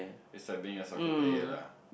it's like being a soccer player lah